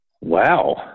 Wow